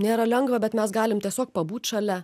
nėra lengva bet mes galim tiesiog pabūt šalia